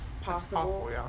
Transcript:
possible